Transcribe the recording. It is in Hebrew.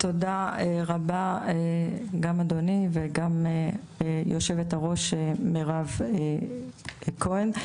תודה רבה, גם אדוני וגם היושבת-ראש מירב כהן.